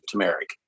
turmeric